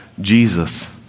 Jesus